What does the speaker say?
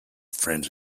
friends